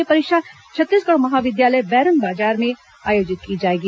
यह परीक्षा छत्तीसगढ़ महाविद्यालय बैरनबाजार में आयोजित की जाएगी